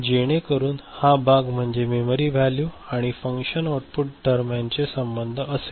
जेणेकरून हा भाग म्हणजे मेमरी व्हॅल्यू आणि फंक्शन आउटपुट दरम्यानचे संबंध असेल